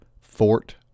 Fort